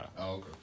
Okay